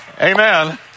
Amen